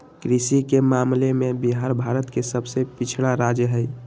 कृषि के मामले में बिहार भारत के सबसे पिछड़ा राज्य हई